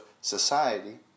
society